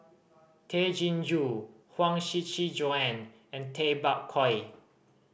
Tay Chin Joo Huang Shiqi Joan and Tay Bak Koi